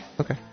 Okay